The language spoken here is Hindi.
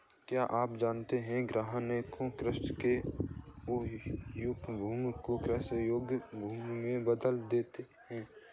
क्या आप जानते है ग्रीनहाउस कृषि के अयोग्य भूमि को कृषि योग्य भूमि में बदल देता है?